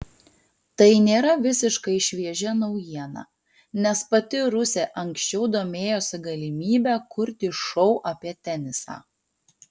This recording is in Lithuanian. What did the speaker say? tai nėra visiškai šviežia naujiena nes pati rusė anksčiau domėjosi galimybe kurti šou apie tenisą